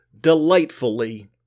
delightfully